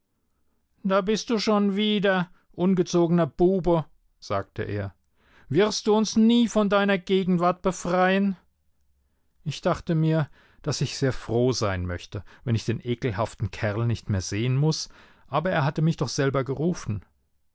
da bist du schon wieder ungezogener bube sagte er wirst du uns nie von deiner gegenwart befreien ich dachte mir daß ich sehr froh sein möchte wenn ich den ekelhaften kerl nicht mehr sehen muß aber er hatte mich doch selber gerufen